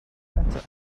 better